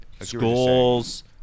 Schools